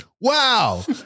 wow